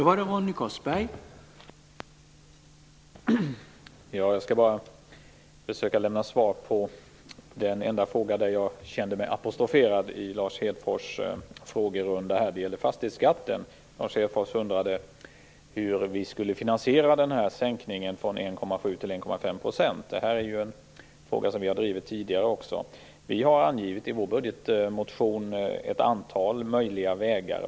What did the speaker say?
Herr talman! Den enda fråga där jag kände mig apostroferad i frågerundan med Lars Hedfors är den om fastighetsskatten. Lars Hedfors undrade hur vi skulle finansiera en sänkning av fastighetsskatten från 1,7 % till 1,5 %. Den frågan har vi drivit tidigare också. I vår budgetmotion anger vi ett antal möjliga vägar.